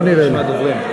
לא נראה לי.